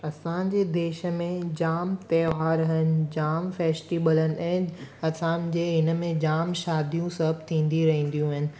असांजे देश में जाम त्योहार आहिनि जाम फेस्टिबल आहिनि ऐं असांजे हिन में जाम शादियूं सभु थींदी रहंदियूं आहिनि